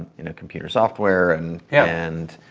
in a computer software. and and